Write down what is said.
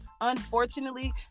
unfortunately